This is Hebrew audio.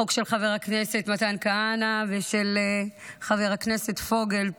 בחוק של חבר הכנסת מתן כהנא ושל חבר הכנסת פוגל,